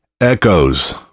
Echoes